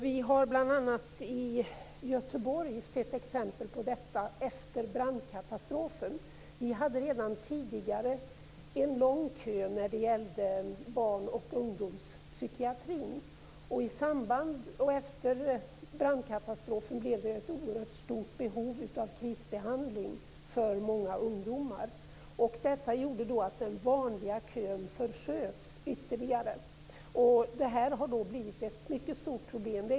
Vi har bl.a. i Göteborg sett exempel på detta efter brandkatastrofen. Det var redan tidigare en lång kö till barn och ungdomspsykiatrin. Efter brandkatastrofen blev det ju ett oerhört stort behov av krisbehandling för många ungdomar. Det gjorde att den vanliga kön försköts ytterligare, viket har blivit ett mycket stort problem.